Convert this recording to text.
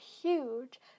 huge